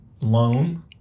loan